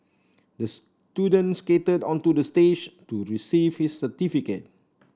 the student skated onto the stage to receive his certificate